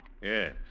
Yes